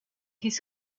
his